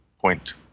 point